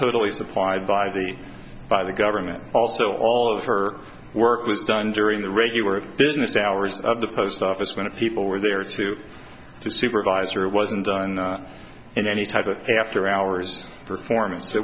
totally supplied by the by the government also all of her work was done during the regular business hours of the post office when a people were there to supervise her wasn't done in any type of after hours performance